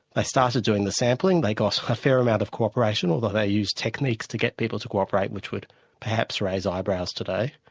ah started doing the sampling, they got a fair amount of co-operation, although they used techniques to get people to co-operate which would perhaps raise eyebrows today,